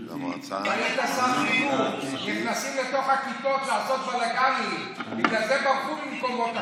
גברתי, אני תיארתי, היית שר חינוך.